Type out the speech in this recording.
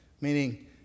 Meaning